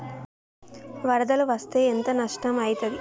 వరదలు వస్తే ఎంత నష్టం ఐతది?